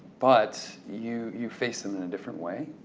but you you face them in a different way.